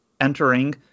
entering